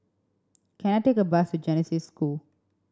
can I take a bus to Genesis School